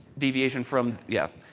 deviation from, yeah.